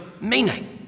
meaning